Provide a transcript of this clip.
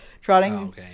trotting